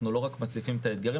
אנחנו לא רק מציפים את האתגרים.